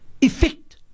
effect